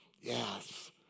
Yes